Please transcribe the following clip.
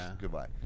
goodbye